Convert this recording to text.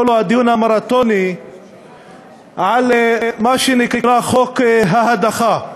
לו דיון מרתוני על מה שנקרא חוק ההדחה.